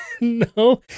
No